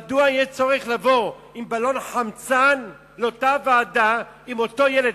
מדוע יש צורך לבוא עם בלון חמצן לוועדה עם אותו ילד?